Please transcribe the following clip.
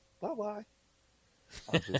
Bye-bye